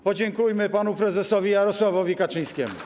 Podziękujmy panu prezesowi Jarosławowi Kaczyńskiemu.